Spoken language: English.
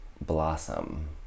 Blossom